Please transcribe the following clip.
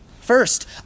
First